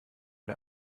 der